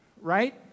right